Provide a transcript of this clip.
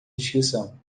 inscrição